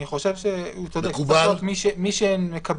אני חושב שצריך לעשות מי שמקבל